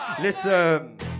Listen